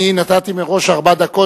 אני נתתי מראש ארבע דקות,